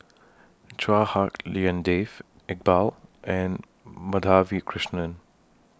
Chua Hak Lien Dave Iqbal and Madhavi Krishnan